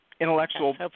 Intellectual